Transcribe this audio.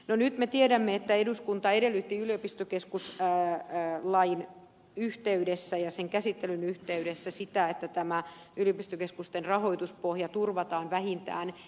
no nyt me tiedämme että eduskunta edellytti yliopistokeskuslain yhteydessä ja sen käsittelyn yhteydessä sitä että tämä yliopistokeskusten rahoituspohja turvataan vähintään entiselleen